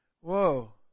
whoa